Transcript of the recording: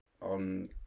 on